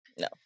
no